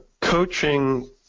coaching